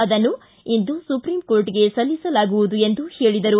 ಅದನ್ನು ಇಂದು ಸುಪ್ರೀಂಕೋರ್ಟ್ಗೆ ಸಲ್ಲಿಸಲಾಗುವುದು ಎಂದರು